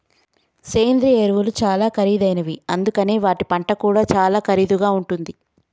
సేంద్రియ ఎరువులు చాలా ఖరీదైనవి అందుకనే వాటి పంట కూడా చాలా ఖరీదుగా ఉంటుంది